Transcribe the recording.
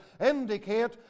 indicate